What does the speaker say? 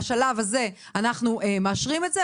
בשלב הזה אנחנו מאשרים את זה,